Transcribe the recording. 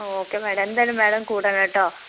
okay madam എന്തായാലും madam കൂടണം കേട്ടോ